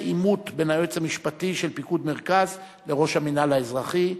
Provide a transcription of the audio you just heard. בנושא: עימות בין היועץ המשפטי של פיקוד מרכז לראש המינהל האזרחי.